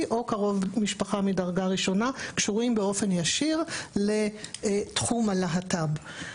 או קרוב משפחה מדרגה ראשונה קשורים באופן ישיר לתחום הלהט"ב.